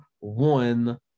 one